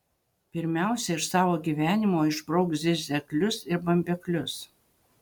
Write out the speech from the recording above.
pirmiausia iš savo gyvenimo išbrauk zirzeklius ir bambeklius